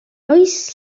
oes